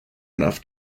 enough